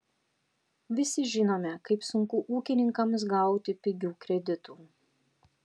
visi žinome kaip sunku ūkininkams gauti pigių kreditų